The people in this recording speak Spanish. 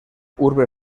urbe